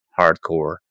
Hardcore